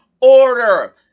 order